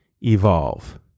evolve